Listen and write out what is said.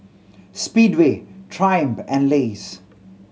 Speedway Triumph and Lays